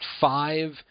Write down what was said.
five